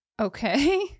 Okay